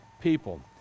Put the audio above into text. people